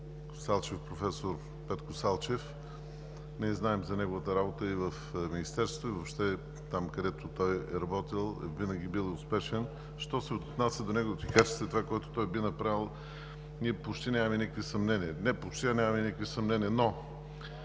притежава професор Петко Салчев. Ние знаем за неговата работа и в Министерството. И въобще там, където той е работил, винаги е бил успешен. Що се отнася до неговите качества и това, което той би направил, ние почти нямаме никакви съмнения – не „почти“, а нямаме никакви съмнения. Но,